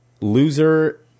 loser